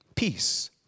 Peace